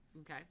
Okay